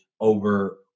over